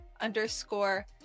underscore